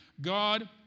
God